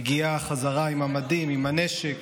מגיעה חזרה עם המדים, עם הנשק,